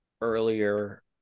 earlier